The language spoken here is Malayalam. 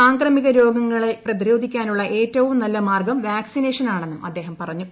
സാംക്രമിക രോഗങ്ങളെ പ്രതിരോധിക്കാനുള്ള ഏറ്റവും നല്ല മാർഗ്ഗം വാക്സിനേഷനാണെന്നും അദ്ദേഹം പറഞ്ഞു